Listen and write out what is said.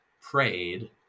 prayed